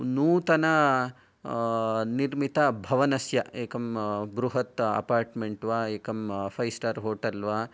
नूतन निर्मितभवनस्य एकं बृहत् अपार्टमेन्ट् वा एकं फैव् स्टार् होटल् वा